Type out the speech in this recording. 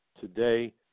Today